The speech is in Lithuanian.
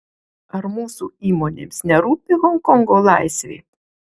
ar mūsų įmonėms nerūpi honkongo laisvė